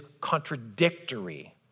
contradictory